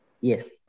yes